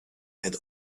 had